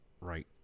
right